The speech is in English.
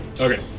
Okay